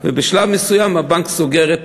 ובשלב מסוים הבנק סוגר את